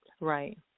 Right